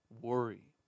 worry